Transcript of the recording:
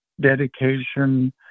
dedication